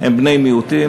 הם בני מיעוטים.